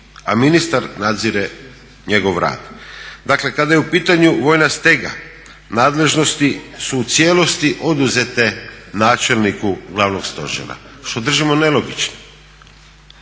a ministar nadzire njegov rad. Dakle kada je u pitanju vojna stega, nadležnosti su u cijelosti oduzete načelniku glavnog stožera, što držimo nelogičnim